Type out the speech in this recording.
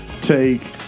Take